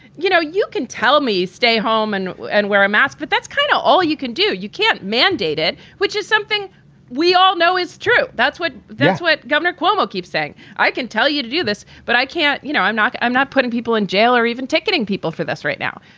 you know, you can tell me stay home and and wear a mask. but that's kind of all you can do. you can't mandate it, which is something we all know is true. that's what that's what governor cuomo keeps saying. i can tell you to do this, but i can't you know, i'm not i'm not putting people in jail or even ticketing people for this right now.